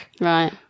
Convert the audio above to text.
Right